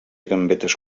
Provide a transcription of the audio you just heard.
gambetes